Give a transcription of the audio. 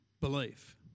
belief